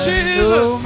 Jesus